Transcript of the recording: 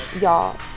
Y'all